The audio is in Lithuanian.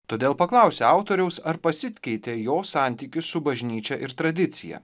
todėl paklausė autoriaus ar pasikeitė jo santykis su bažnyčia ir tradicija